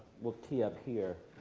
we'll tee up here.